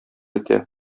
итә